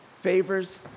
favors